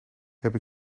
heb